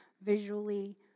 visually